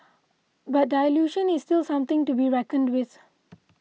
but dilution is still something to be reckoned with